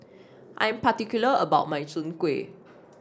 I am particular about my Soon Kuih